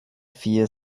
vier